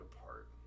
apart